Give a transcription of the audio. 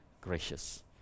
gracious